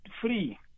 free